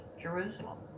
Jerusalem